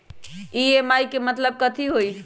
EMI के मतलब कथी होई?